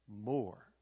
more